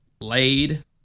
laid